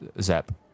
Zep